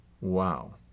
Wow